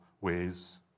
ways